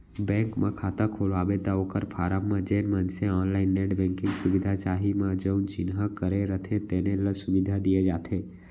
bank म खाता खोलवाबे त ओकर फारम म जेन मनसे ऑनलाईन नेट बेंकिंग सुबिधा चाही म जउन चिन्हा करे रथें तेने ल सुबिधा दिये जाथे